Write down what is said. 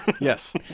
Yes